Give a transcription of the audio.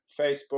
Facebook